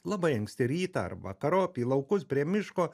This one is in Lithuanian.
labai anksti rytą ar vakarop į laukus prie miško